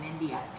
India